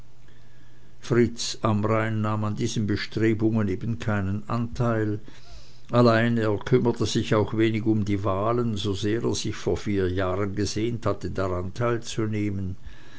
fritz amrain nahm an diesen bestrebungen eben keinen anteil allein er kümmerte sich auch wenig um die wahlen sosehr er sich vor vier jahren gesehnt hatte daran teilzunehmen